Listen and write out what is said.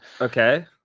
Okay